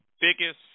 biggest